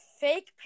fake